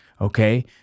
Okay